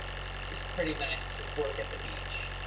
it's it's pretty nice to work at the beach.